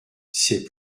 c’est